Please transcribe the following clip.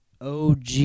OG